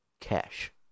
cash